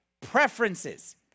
preferences